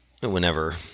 whenever